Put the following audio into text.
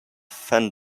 fen